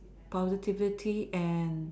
positivity and